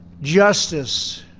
justice,